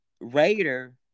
Raider